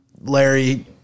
Larry